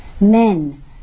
men